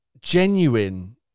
genuine